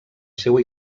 seua